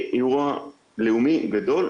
יש פה אירוע לאומי גדול,